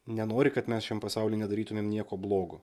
nenori kad mes šiam pasauly nedarytumėm nieko blogo